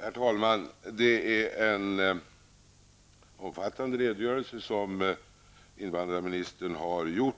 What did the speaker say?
Herr talman! Det är en omfattande redogörelse som invandrarministern har gjort